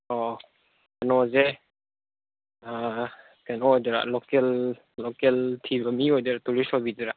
ꯑꯣ ꯀꯩꯅꯣꯁꯦ ꯀꯩꯅꯣ ꯑꯣꯏꯗꯣꯏꯔꯥ ꯂꯣꯀꯦꯜ ꯂꯣꯀꯦꯜ ꯊꯤꯕ ꯃꯤ ꯑꯣꯏꯗꯣꯏꯔꯥ ꯇꯨꯔꯤꯁ ꯑꯣꯏꯕꯤꯗꯣꯏꯔꯥ